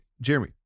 Jeremy